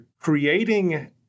creating